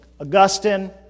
Augustine